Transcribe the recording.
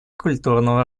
культурного